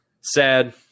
Sad